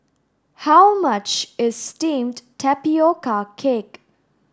how much is steamed tapioca cake